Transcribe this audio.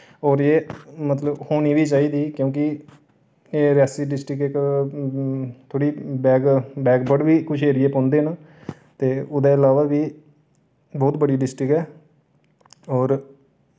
और एह् मतलब होनी बी चाहिदी क्यूंकि एह् रेआसी डिस्ट्रिक इक थोह्ड़ी बैग बैकवर्ड बी कुछ एरिये पोंदे न ते ओह्दे अलावा बी बहुत बड्डी डिस्ट्रिक ऐ और